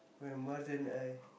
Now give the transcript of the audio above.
when more than I